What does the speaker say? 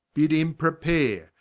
bid him prepare,